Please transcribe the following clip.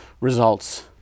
Results